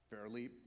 fairly